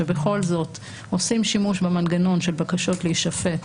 שבכל זאת עושים שימוש במנגנון של בקשות להישפט